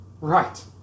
Right